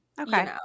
Okay